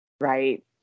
right